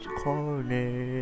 corner